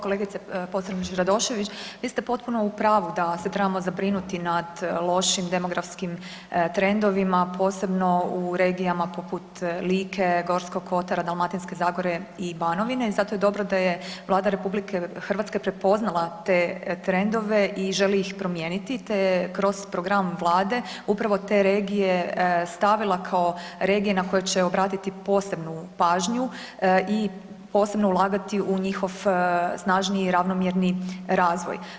Kolegice Pocrnić Radošević, vi ste potpuno u pravu da se trebamo zabrinuti nad lošim demografskim trendovima, posebno u regijama poput Like, Gorskog kotara, Dalmatinske zagore i Banovine i zato je dobro da je Vlada RH prepoznala te trendove i želi ih promijeniti, te je kroz program vlade upravo te regije stavila kao regije na koje će obratiti posebnu pažnju i posebno ulagati u njihov snažniji i ravnomjerniji razvoj.